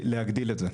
להגדיל את זה.